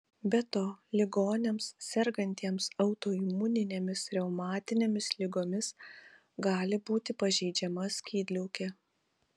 be to ligoniams sergantiems autoimuninėmis reumatinėmis ligomis gali būti pažeidžiama skydliaukė